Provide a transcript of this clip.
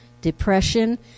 depression